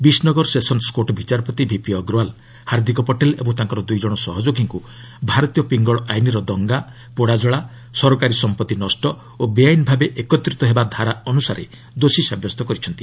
ବିଶ୍ ନଗର sessions court ବିଚାରପତି VP Agrawal Hardik Patel ଓ ତାଙ୍କର ଦୁଇ ଜଣ ସହଯୋଗୀଙ୍କୁ ଭାରତୀୟ ପିଙ୍ଗଳ ଆଇନର ଦଙ୍ଗା ପୋଡ଼ାଜଳା ସରକାରୀ ସମ୍ପତ୍ତି ନଷ୍ଟ ଓ ବେଆଇନ ଭାବେ ଏକତ୍ରିତ ହେବା ଧାରା ଅନୁସାରେ ଦୋଷୀ ସାବ୍ୟସ୍ତ କରିଛନ୍ତି